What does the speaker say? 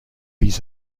his